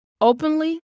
Openly